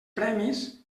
premis